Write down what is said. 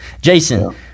Jason